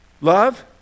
Love